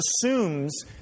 assumes